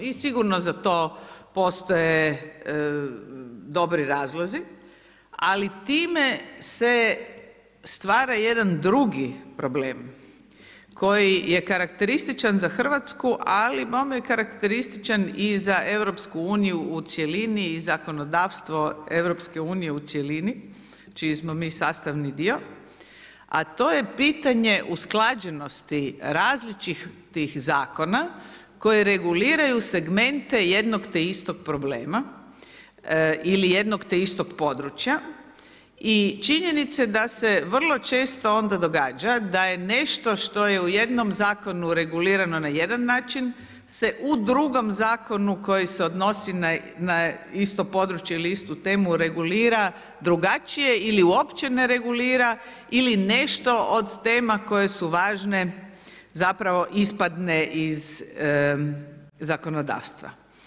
I sigurno za to postoje dobri razlozi, ali time se stvara jedan drugi problem koji je karakterističan za Hrvatsku, ali bome karakterističan i za EU u cjelini i zakonodavstvo EU u cjelini čiji smo mi sastavni dio, a to je pitanje usklađenosti različitih zakona koji reguliraju segmente jednog te istog problema ili jednog te istog područja i činjenice da se vrlo često onda događa da je nešto što je u jednom zakonu regulirano na jedan način se u drugom zakonu koji se odnosi na isto područje ili istu temu regulira drugačije ili uopće ne regulira ili nešto od tema koje su važne zapravo ispadne iz zakonodavstva.